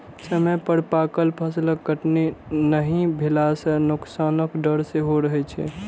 समय पर पाकल फसलक कटनी नहि भेला सं नोकसानक डर सेहो रहै छै